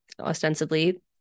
ostensibly